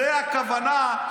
זו הכוונה,